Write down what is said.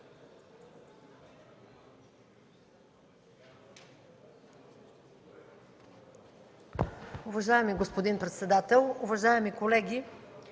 Уважаеми господин председател, уважаеми колеги!